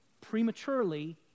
prematurely